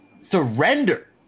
surrender